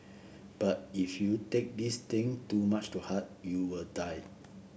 but if you take these things too much to heart you will die